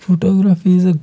photography is a